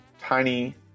tiny –